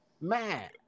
man